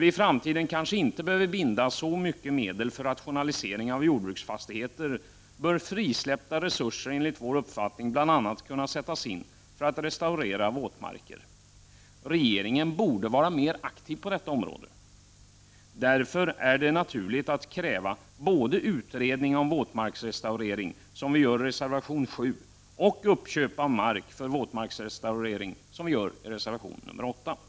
I framtiden behöver vi kanske inte binda så mycket medel för rationalisering av jordbruksfastigheter, och då bör frisläppta resurser enligt vår uppfattning bl.a. kunna sättas in när det gäller att restaurera våtmarker. Regeringen borde vara mera aktiv på detta område. Därför är det naturligt att kräva både en utredning beträffande restaureringen av våra våtmarker — det är också vad vi gör i reservation 7 — och uppköp av mark för restaurering av våtmarker. Det senare kravet återfinns i reservation 8, som vi har framställt.